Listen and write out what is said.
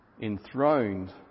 enthroned